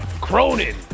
Cronin